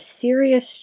serious